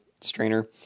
strainer